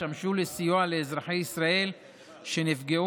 ישמשו לסיוע לאזרחי ישראל שנפגעו